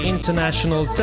International